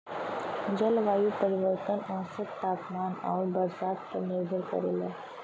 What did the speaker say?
जलवायु परिवर्तन औसत तापमान आउर बरसात पर निर्भर करला